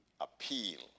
appeal